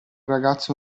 ragazze